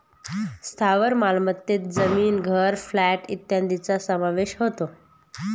स्थावर मालमत्तेत जमीन, घर, प्लॉट इत्यादींचा समावेश होतो